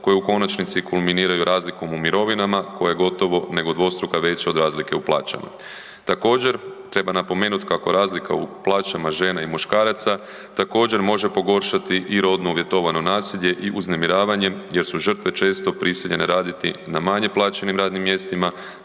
koje u konačnici kulminiraju razlikom u mirovinama koja je gotovo nego dvostruko veća nego razlike u plaćama. Također treba napomenut kako razlika u plaćama žena i muškaraca također može pogoršati i rodno uvjetovano nasilje i uznemiravanjem jer su žrtve često prisiljene raditi na manje plaćenim radnim mjestima